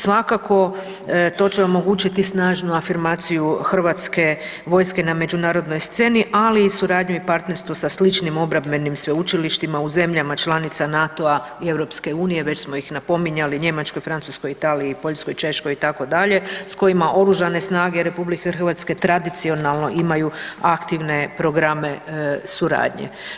Svakako to će omogućiti snažnu afirmaciju hrvatske vojske na međunarodnoj sceni, ali i suradnju i partnerstvo sa sličnim obrambenim sveučilištima u zemljama članica NATO-a i EU, već smo ih napominjali Njemačkoj, Francuskoj, Italiji, Poljskoj, Češkoj itd., s kojima Oružane snage RH tradicionalno imaju aktivne programe suradnje.